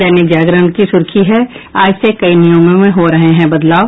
दैनिक जागरण की सुर्खी है आज से कई नियमों में हो रहे हैं बदलाव